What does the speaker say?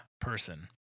person